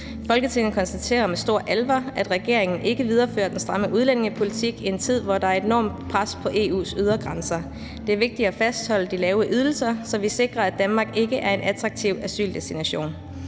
Folketinget konstaterer med alvor, at regeringen ikke viderefører den stramme udlændingepolitik i en tid, hvor der er et enormt pres på EU's ydre grænser. Det er vigtigt at fastholde de lave ydelser, så vi sikrer, at Danmark ikke er en attraktiv asyldestination.